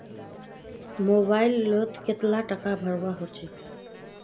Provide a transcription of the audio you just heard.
Mobile लोत कतला टाका भरवा होचे?